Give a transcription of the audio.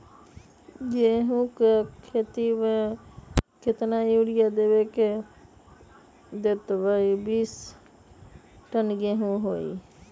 गेंहू क खेती म केतना यूरिया देब त बिस टन गेहूं होई?